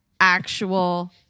actual